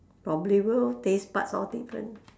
probably will tastebuds all these one